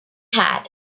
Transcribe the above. had